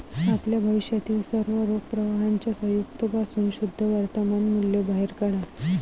आपल्या भविष्यातील सर्व रोख प्रवाहांच्या संयुक्त पासून शुद्ध वर्तमान मूल्य बाहेर काढा